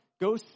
Go